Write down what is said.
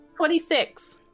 26